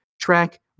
track